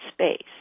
space